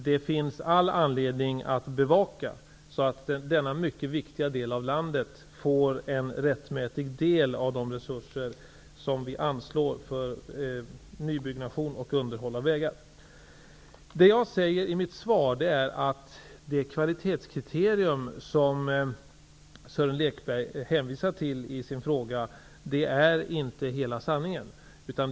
Det finns all anledning att bevaka att denna mycket viktiga del av landet får en rättmätig del av de resurser som anslås för nybyggnation och underhåll av vägar. Det jag i mitt svar säger är att det kvalitetskriterium som Sören Lekberg hänvisar till i sin fråga inte är hela sanningen.